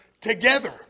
together